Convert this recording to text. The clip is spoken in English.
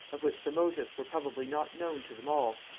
of which the motives were probably not known to them all,